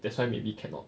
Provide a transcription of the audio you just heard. that's why maybe cannot